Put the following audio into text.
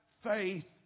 faith